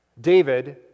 David